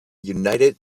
united